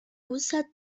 usa